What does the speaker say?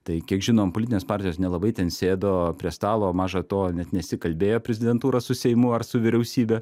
tai kiek žinom politinės partijos nelabai ten sėdo prie stalo maža to net nesikalbėjo prezidentūra su seimu ar su vyriausybe